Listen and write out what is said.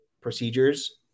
procedures